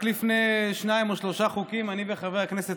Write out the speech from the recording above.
רק לפני שניים או שלושה חוקים אני וחבר הכנסת